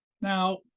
Now